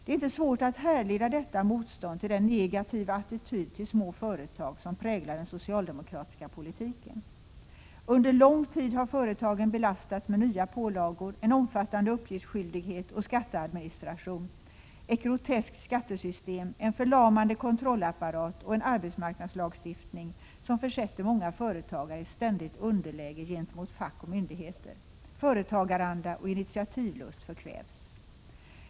Det är inte svårt att härleda detta motstånd till den negativa attityd till små företag som präglar den socialdemokratiska politiken. Under lång tid har företagen belastats med nya pålagor, en omfattande uppgiftsskyldighet och skatteadministration, ett groteskt skattesystem, en förlamande kontrollapparat och en arbetsmarknadslagstiftning som försätter många företagare i ett ständigt underläge gentemot fack och myndigheter. Företagaranda och initiativlust förkvävs.